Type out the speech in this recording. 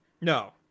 no